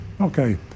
Okay